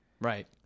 Right